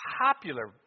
popular